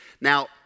Now